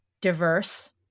diverse